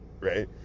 right